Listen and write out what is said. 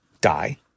die